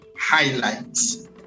highlights